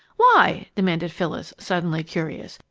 why? demanded phyllis, suddenly curious.